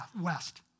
west